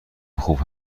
خوب